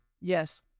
Yes